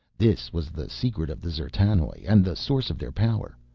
this was the secret of the d'zertanoj, and the source of their power.